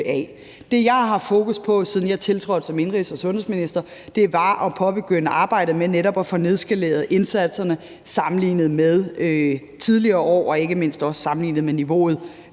Det, jeg har haft fokus på, siden jeg tiltrådte som indenrigs- og sundhedsminister, har været at påbegynde arbejdet med netop at få nedskaleret indsatserne sammenlignet med tidligere år og ikke mindst også sammenlignet med niveauet